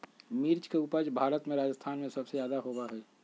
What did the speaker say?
मिर्च के उपज भारत में राजस्थान में सबसे ज्यादा होबा हई